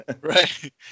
Right